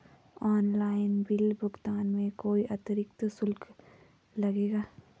Online bill भुगतान में कोई अतिरिक्त शुल्क लगेगा?